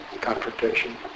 confrontation